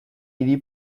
idi